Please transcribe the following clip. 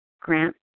Grant